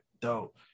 Dope